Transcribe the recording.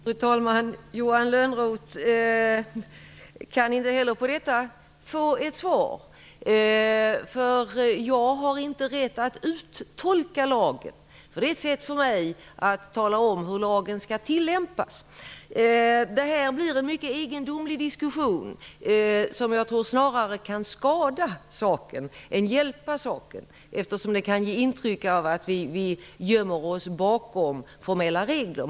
Fru talman! Johan Lönnroth kan inte heller få ett svar på detta. Jag har inte rätt att uttolka lagen. Det är ett sätt för mig att tala om hur lagen skall tillämpas. Detta blir en mycket egendomlig diskussion. Jag tror att den snarare kan skada saken än hjälpa den. Den kan ge intryck av att vi gömmer oss bakom formella regler.